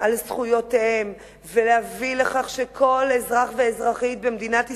על זכויותיהם ולהביא לכך שכל אזרח ואזרחית במדינת ישראל,